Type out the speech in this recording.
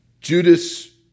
Judas